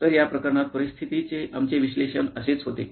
तर या प्रकरणात परिस्थितीचे आमचे विश्लेषण असेच होते